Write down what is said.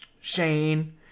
shane